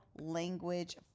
language